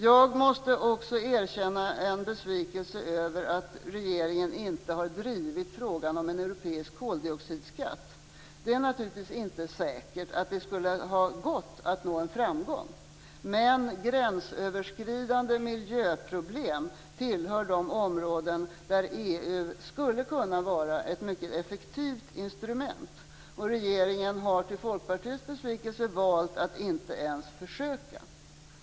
Jag måste också erkänna en besvikelse över att regeringen inte drivit frågan om en europeisk koldioxidskatt. Det är naturligtvis inte säkert att det skulle ha gått att nå framgång, men gränsöverskridande miljöproblem tillhör de områden där EU skulle kunna vara ett mycket effektivt instrument. Regeringen har till Folkpartiets besvikelse valt att inte ens försöka.